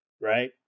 right